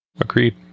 Agreed